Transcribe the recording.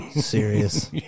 Serious